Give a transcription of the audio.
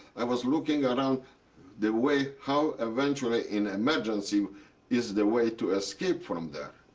i was looking around the way how eventually in emergency is the way to escape from there.